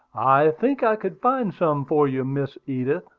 i think i could find some for you, miss edith,